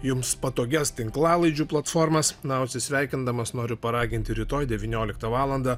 jums patogias tinklalaidžių platformas na o atsisveikindamas noriu paraginti rytoj devynioliktą valandą